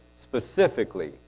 Specifically